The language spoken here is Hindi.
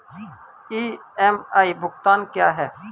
ई.एम.आई भुगतान क्या है?